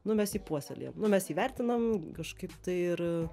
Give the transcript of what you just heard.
nu mes jį puoselėjam mes jį vertinam kažkaip tai ir